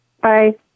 Bye